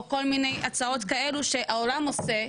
או כל מיני הצעות כאלו שהעולם עושה,